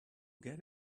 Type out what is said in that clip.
get